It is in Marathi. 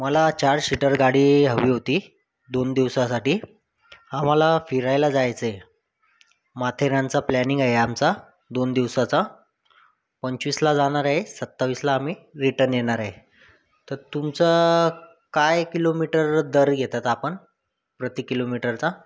मला चार शीटर गाडी हवी होती दोन दिवसासाठी आम्हाला फिरायला जायचं आहे माथेरानचं प्लॅनिंग आहे आमचा दोन दिवसाचा पंचवीसला जाणार आहे सत्तावीसला आम्ही रिटर्न येणार आहे तर तुमचं काय किलोमीटर दर घेतात आपण प्रती किलोमीटरचा